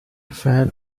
fell